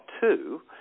two